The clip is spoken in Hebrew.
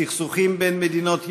מסכסוכים בין מדינות יריבות,